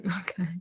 Okay